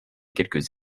quelques